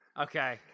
Okay